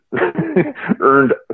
earned